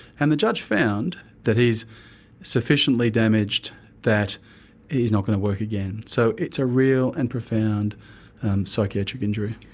and the judge found that he is sufficiently damaged that he is not going to work again. so it's a real and profound psychiatric injury.